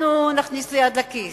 אנחנו נכניס את היד לכיס.